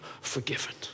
forgiven